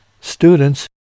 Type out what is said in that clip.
students